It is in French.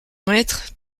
maître